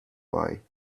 why